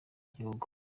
gihugu